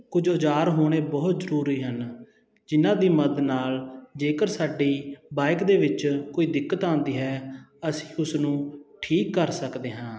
ਕੁੱਝ ਔਜਾਰ ਹੋਣੇ ਬਹੁਤ ਜ਼ਰੂਰੀ ਹਨ ਜਿਹਨਾਂ ਦੀ ਮਦਦ ਨਾਲ ਜੇਕਰ ਸਾਡੀ ਬਾਈਕ ਦੇ ਵਿੱਚ ਕੋਈ ਦਿੱਕਤ ਆਉਂਦੀ ਹੈ ਅਸੀਂ ਉਸ ਨੂੰ ਠੀਕ ਕਰ ਸਕਦੇ ਹਾਂ